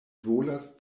volas